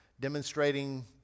demonstrating